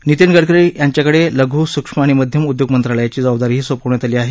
नितीन गडकरी यांच्याकडे लघ् सूक्ष्म आणि मध्यम उद्योग मंत्रालयाची जबाबदारीही सोपवण्यात आली आहे